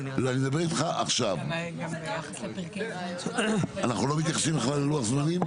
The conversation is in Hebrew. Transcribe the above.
אנחנו לא מתייחסים בכלל ללוח זמנים?